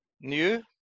new